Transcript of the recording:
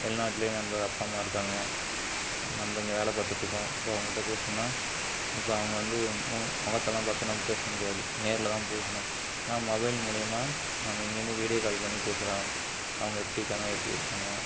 வெளிநாட்டிலயே நம்ம அப்பாம்மா இருக்காங்க நம்ம இங்கே வேலை பார்த்துட்ருக்கோம் இப்போ அவங்கள்ட்ட பேசணுன்னால் இப்போ அவங்க வந்து மு முகத்தலாம் பார்த்து நம்ம பேச முடியாது நேரில் தான் போயி பேசணும் ஆனால் மொபைல் மூலிமா நம்ம இங்கேயிருந்து வீடியோ கால் பண்ணி பேசலாம் அவங்க எப்படி இருக்காங்க எப்படி இருக்காங்க